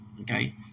Okay